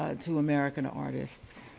ah to american artists.